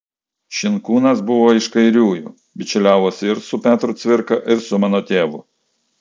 šinkūnas buvo iš kairiųjų bičiuliavosi ir su petru cvirka ir su mano tėvu